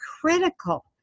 critical